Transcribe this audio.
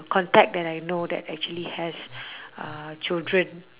contact that I know that actually has uh children